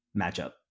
matchup